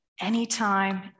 anytime